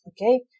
Okay